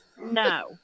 no